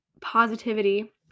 positivity